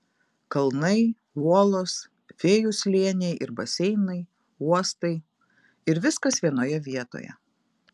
kalnai uolos fėjų slėniai ir baseinai uostai ir viskas vienoje vietoje